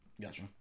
Gotcha